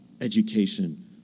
education